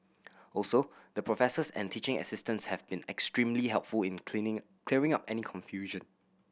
also the professors and teaching assistants have been extremely helpful in cleaning clearing up any confusion